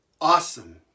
awesome